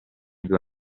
due